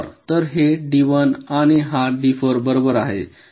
तर हे डी 1 आणि हा डी 4 बरोबर आहे